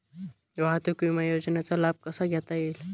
वाहतूक विमा योजनेचा लाभ कसा घेता येईल?